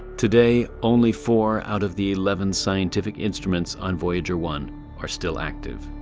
today, only four out of the eleven scientific instruments on voyager one are still active.